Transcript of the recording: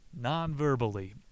non-verbally